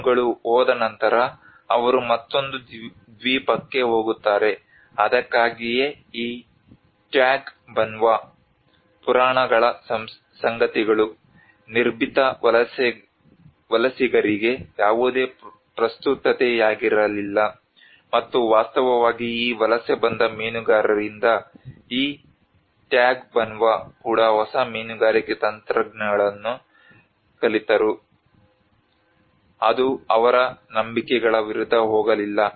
ಮೀನುಗಳು ಹೋದ ನಂತರ ಅವರು ಮತ್ತೊಂದು ದ್ವೀಪಕ್ಕೆ ಹೋಗುತ್ತಾರೆ ಅದಕ್ಕಾಗಿಯೇ ಈ ಟ್ಯಾಗ್ಬನ್ವಾ ಪುರಾಣಗಳ ಸಂಗತಿಗಳು ನಿರ್ಭೀತ ವಲಸಿಗರಿಗೆ ಯಾವುದೇ ಪ್ರಸ್ತುತತೆಯಾಗಿರಲಿಲ್ಲ ಮತ್ತು ವಾಸ್ತವವಾಗಿ ಈ ವಲಸೆ ಬಂದ ಮೀನುಗಾರರಿಂದ ಈ ಟ್ಯಾಗ್ಬನ್ವಾ ಕೂಡ ಹೊಸ ಮೀನುಗಾರಿಕೆ ತಂತ್ರಗಳನ್ನು ಕಲಿತರು ಅದು ಅವರ ನಂಬಿಕೆಗಳ ವಿರುದ್ಧ ಹೋಗಲಿಲ್ಲ